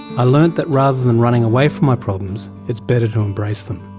i learnt that rather than running away from my problems it's better to embrace them.